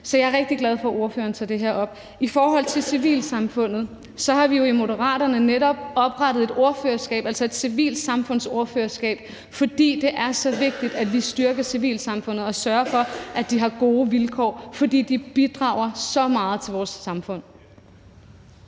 så jeg er rigtig glad for, at ordføreren tager det her op. I forhold til civilsamfundet har vi jo i Moderaterne netop oprettet et civilsamfundsordførerskab, fordi det er så vigtigt, at vi styrker civilsamfundet og sørger for, at de har gode vilkår, fordi de bidrager så meget til vores samfund.